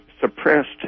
suppressed